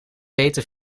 weten